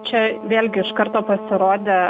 čia vėlgi iš karto pasirodė